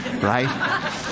right